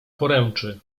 poręczy